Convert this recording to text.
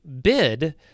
bid